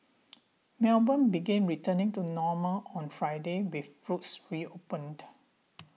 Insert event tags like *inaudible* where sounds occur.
*noise* Melbourne began returning to normal on Friday with roads reopened